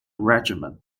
regiment